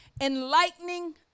enlightening